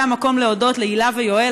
זה המקום להודות להילה ויואל,